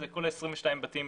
זה כל ה-22 בתים